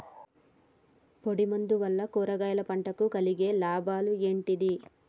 పొడిమందు వలన కూరగాయల పంటకు కలిగే లాభాలు ఏంటిది?